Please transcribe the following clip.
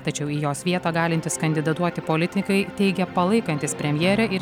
tačiau į jos vietą galintys kandidatuoti politikai teigia palaikantys premjerę ir